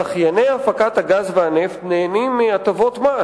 זכייני הפקת הגז והנפט נהנים מהטבות מס